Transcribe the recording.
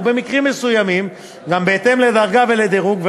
ובמקרים מסוימים גם בהתאם לדרגה ולדירוג,